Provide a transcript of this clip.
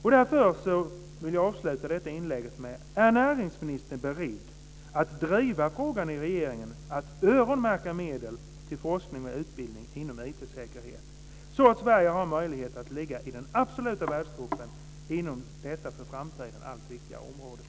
Är näringsministern således beredd att i regeringen driva frågan om att öronmärka medel till forskning och utbildning inom IT-säkerhetsområdet, så att Sverige har möjligheter att ligga i den absoluta världstoppen inom detta för framtiden allt viktigare område?